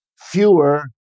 fewer